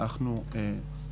ולדעתי אנחנו לא